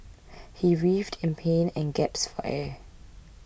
he writhed in pain and gasped for air